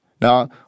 Now